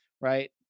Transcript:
right